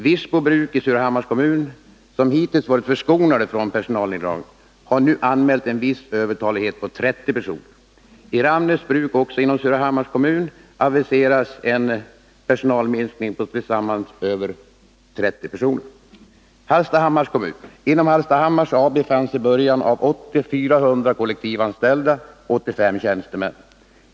Virsbo Bruk i Surahammars kommun, som hittills varit förskonat från personalneddragningar, har nu anmält en viss övertalighet på personal — det gäller 30 personer. I Ramnäs Bruk, också inom Surahammars kommun, aviseras en personalminskning på över 40 personer. Hallstahammars kommun: inom Hallstahammars AB fanns i början av 1980 400 kollektivanställda och 85 tjänstemän.